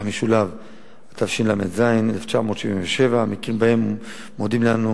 התשל"ז 1977. המקרים שבהם מודיעים לנו